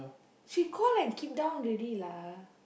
she call and keep down already lah